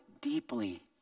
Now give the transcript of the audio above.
deeply